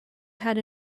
had